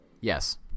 Yes